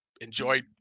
enjoy